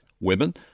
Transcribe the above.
Women